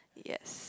yes